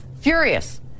furious